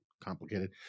complicated